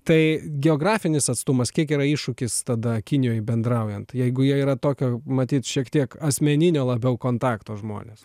tai geografinis atstumas kiek yra iššūkis tada kinijoj bendraujant jeigu jie yra tokio matyt šiek tiek asmeninio labiau kontakto žmonės